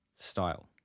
style